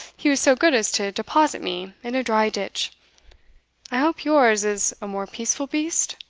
he was so good as to deposit me in a dry ditch i hope yours is a more peaceful beast?